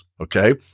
Okay